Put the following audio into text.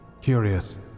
Curious